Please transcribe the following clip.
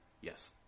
yes